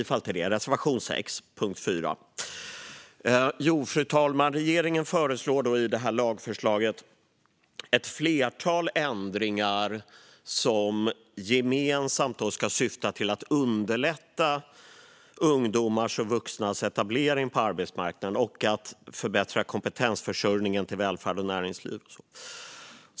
Fru talman! Regeringen föreslår i lagförslaget ett flertal ändringar som gemensamt ska syfta till att underlätta ungdomars och unga vuxnas etablering på arbetsmarknaden och förbättra kompetensförsörjningen till välfärden och näringslivet.